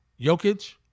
Jokic